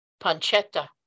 pancetta